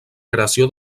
creació